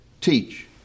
teach